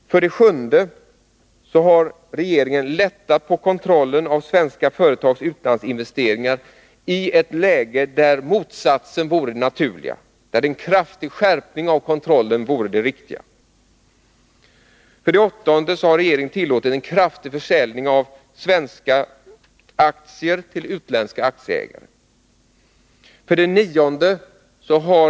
7. Regeringen har lättat på kontrollen av svenska företags utlandsinvesteringar i ett läge där motsatsen vore det naturliga, där en kraftig skärpning av kontrollen vore det riktiga. 8. Regeringen har tillåtit en kraftig försäljning av svenska aktier till utländska aktieägare. 9.